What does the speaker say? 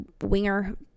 winger